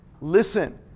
Listen